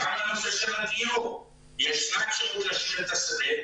יש אפשרות להשאיר את השדה.